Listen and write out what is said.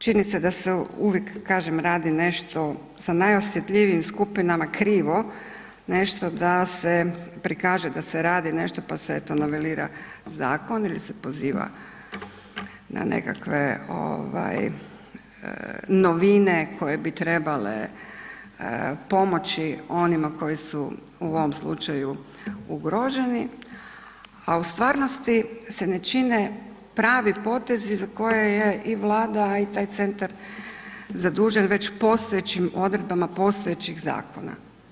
Čini se da se uvijek kažem radi nešto sa najosjetljivijim skupinama krivo, nešto da se prikaže da se radi nešto pa se eto novelira zakon ili se poziva na nekakve ovaj novine koje bi trebale pomoći onima koji su u ovom slučaju ugroženi, a u stvarnosti se ne čine pravi potezi za koje je i Vlada, a i taj centar zadužen već postojećim odredbama postojećih zakona.